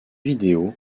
vidéo